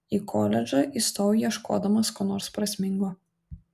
į koledžą įstojau ieškodamas ko nors prasmingo